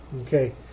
Okay